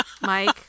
Mike